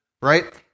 right